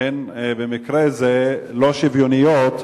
הן במקרה זה לא שוויוניות.